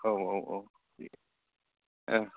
औ औ औ ओं